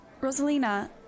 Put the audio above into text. Rosalina